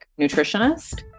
nutritionist